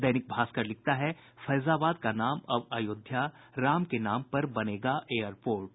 दैनिक भास्कर लिखता है फैजाबाद का नाम अब अयोध्या राम के नाम पर बनेगा एयरपोर्ट